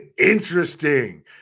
interesting